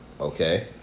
Okay